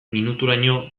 minuturaino